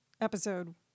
episode